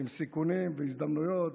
עם סיכונים והזדמנויות,